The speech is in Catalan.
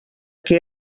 que